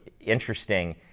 interesting